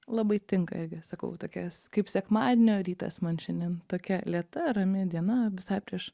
labai tinka ir sakau tokias kaip sekmadienio rytas man šiandien tokia lėta rami diena visai prieš